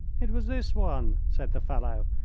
it was this one, said the fellow,